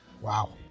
Wow